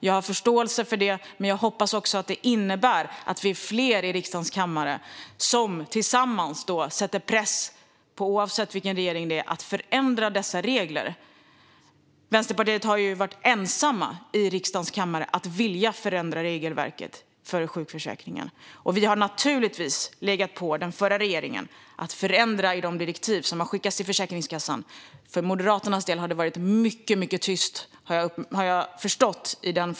Jag har förståelse för det, men jag hoppas också att det innebär att vi blir fler i riksdagens kammare som tillsammans sätter press, oavsett vilken regering det är, att förändra dessa regler. Vänsterpartiet har varit ensamt i riksdagens kammare om att vilja förändra regelverket för sjukförsäkringen. Vi har naturligtvis legat på den förra regeringen om att förändra i de direktiv som har skickats till Försäkringskassan. För Moderaternas del har det varit mycket tyst i frågan, har jag förstått.